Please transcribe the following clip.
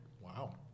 wow